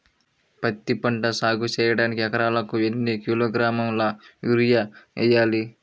పత్తిపంట సాగు చేయడానికి ఎకరాలకు ఎన్ని కిలోగ్రాముల యూరియా వేయాలి?